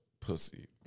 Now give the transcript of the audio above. pussy